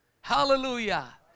Hallelujah